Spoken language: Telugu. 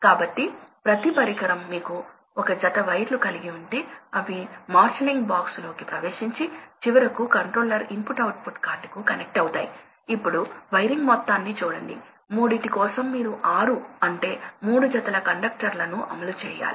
కాబట్టి ఇప్పుడు ప్రవాహ లక్షణాలను మార్చడం గురించి మాట్లాడుదాం ఎందుకంటే ఇవి లోడ్ లక్షణాలను బట్టి ఉండాలి ఉదాహరణకు మీ ఎలక్ట్రిసిటీ ఎనర్జీ డిమాండ్ తగ్గితే మీరు కంబషన్ రేటును తగ్గించాలి